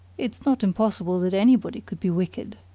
it's not impossible that anybody could be wicked,